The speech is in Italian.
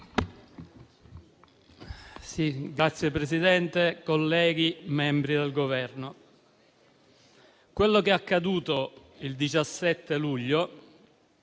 Signor Presidente, colleghi, membri del Governo, quello che è accaduto il 17 luglio